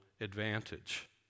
advantage